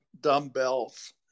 dumbbells